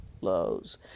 lows